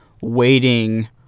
waiting